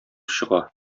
чыга